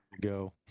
go